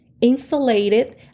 insulated